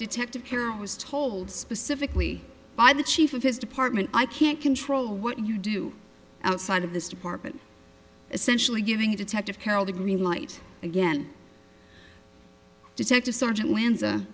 detective carroll was told specifically by the chief of his department i can't control what you do outside of this department essentially giving detective carroll the green light again detective sergeant windsor